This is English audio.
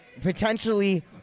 Potentially